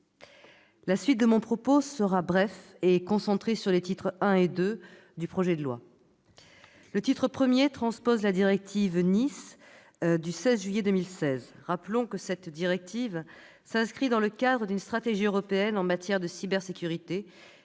La suite de mon propos sera brève et concentrée sur les titres I et II du projet de loi. Le titre Itranspose la directive NIS du 16 juillet 2016. Rappelons que cette directive s'inscrit dans le cadre d'une stratégie européenne en matière de cybersécurité